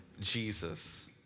Jesus